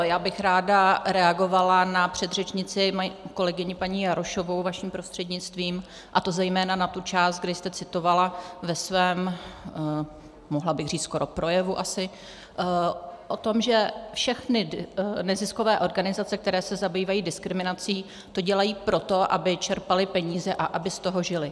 Já bych ráda reagovala na předřečnici, svoji kolegyni paní Jarošovou, vaším prostřednictvím, a to zejména na tu část, kde jste citovala ve svém, mohla bych říct skoro projevu asi, o tom, že všechny neziskové organizace, které se zabývají diskriminací, to dělají proto, aby čerpaly peníze a aby z toho žily.